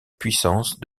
puissance